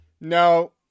No